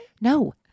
No